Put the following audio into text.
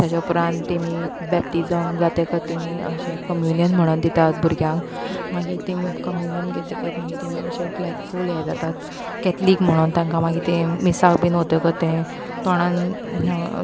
ताजे उपरांत तेमी बॅपतीजम तेका तेमी अशें कॉम्युनियम म्हणोन दितात भुरग्यांक मागीर तेमी कम्युनियम घेतकच मागीर तेमी अशे लायक फूल हें जातात कॅथलीक म्हणोन तेंकां मागीर तें मिसाक बीन वतकत तें तोंडान